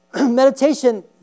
Meditation